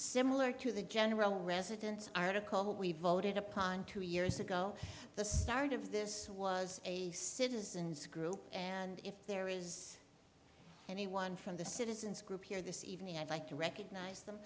similar to the general residence article we voted upon two years ago the start of this was a citizen's group and if there is anyone from the citizens group here this evening i'd like to recognize them